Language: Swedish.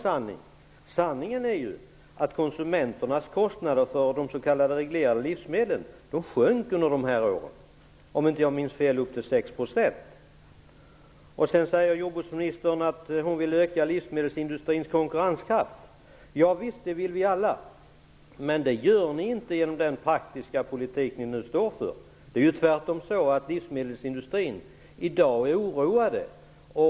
Det är inte heller sant. Sanningen är att konsumenternas kostnader för de s.k. reglerade livsmedlen sjönk under dessa år. Om inte jag minns fel rörde det sig om upp till 6 %. Jordbruksministern säger också att hon vill öka livsmedelsindustrins konkurrenskraft. Ja, visst det vill vi alla. Men det gör ni inte genom den praktiska politik som ni nu står för. Inom livsmedelsindustrin än man tvärtom oroad i dag.